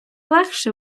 легше